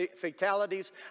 fatalities